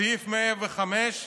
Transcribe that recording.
סעיף 105,